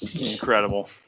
incredible